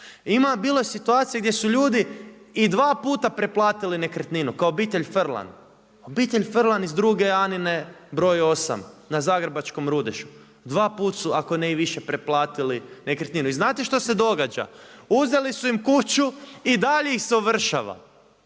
imali. Bilo je situacija gdje su ljudi i dva puta preplatili nekretninu, kao obitelj Frlan, obitelj Frlan iz Druge Anine broj 8., na zagrebačkom Rudešu. Dva put su ako ne i više preplatili nekretninu. I znate što se događa? Uzeli su im kuću i dalje ih se ovršava.